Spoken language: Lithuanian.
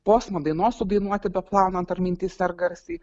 posmą dainos sudainuoti beplaunant ar mintyse ar garsiai